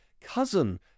cousin